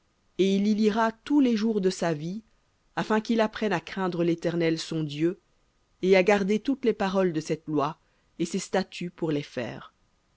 et il y lira tous les jours de sa vie afin qu'il apprenne à craindre l'éternel son dieu à garder toutes les paroles de cette loi et ces statuts pour les faire